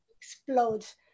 explodes